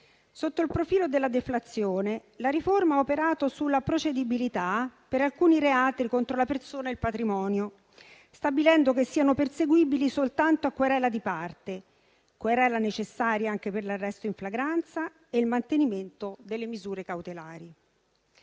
Sotto il profilo della deflazione, la riforma ha operato sulla procedibilità per alcuni reati contro la persona e il patrimonio, stabilendo che siano perseguibili soltanto a querela di parte, querela necessaria anche per l'arresto in flagranza e il mantenimento delle misure cautelari.